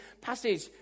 passage